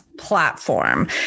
platform